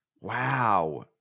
Wow